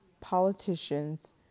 Politicians